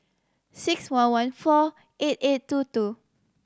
six one one four eight eight two two